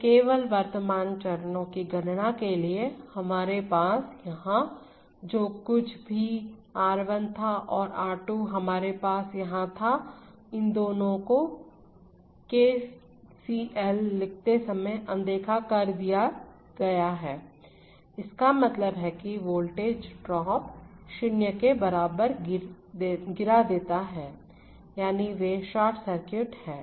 तो केवल वर्तमान चरणों की गणना के लिए हमारे यहां जो कुछ भी R1 था और R2 हमारे यहां था इन दोनों को केसीएल लिखते समय अनदेखा कर दिया गया है इसका मतलब है कि वोल्टेज ड्राप 0 के बराबर गिरा देता है यानी वे शॉर्ट सर्किट हैं